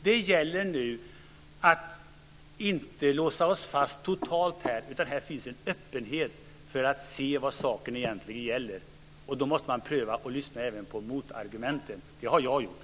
Det gäller nu att inte låsa oss fast totalt. Här finns en öppenhet för att se vad saken egentligen gäller. Då måste man pröva och också lyssna på motargumenten. Det har jag gjort.